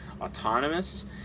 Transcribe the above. autonomous